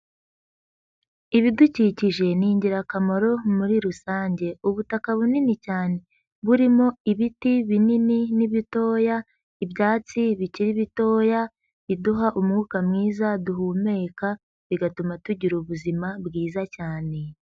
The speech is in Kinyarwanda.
Ibidukikije ni ingirakamaro muri rusange. Ubutaka bunini cyane burimo ibiti binini n'ibitoya, ibyatsi bikiri bitoya, biduha umwuka mwiza duhumeka, bigatuma tugira ubuzima bwiza cyane.